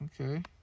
Okay